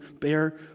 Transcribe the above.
bear